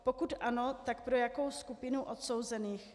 Pokud ano, tak pro jakou skupinu odsouzených.